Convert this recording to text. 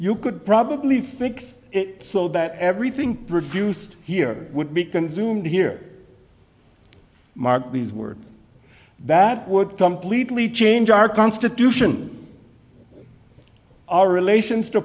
you could probably fix it so that everything produced here would be consumed here mark these words that would completely change our constitution our relations